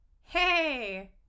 hey